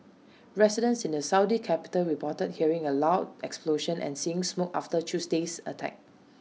residents in the Saudi capital reported hearing A loud explosion and seeing smoke after Tuesday's attack